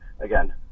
again